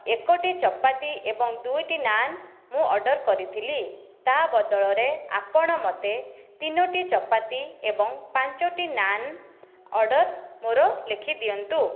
ଏକଟି ଚପାତି ଏବଂ ଦୁଇଟି ନାନ୍ ମୁଁ ଅର୍ଡ଼ର କରିଥିଲି ତା ବଦଳରେ ଆପଣ ମୋତେ ତିନୋଟି ଚପାତି ଏବଂ ପାଞ୍ଚୋଟି ନାନ୍ ଅର୍ଡ଼ର ମୋର ଲେଖିଦିଅନ୍ତୁ